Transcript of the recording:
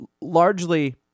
Largely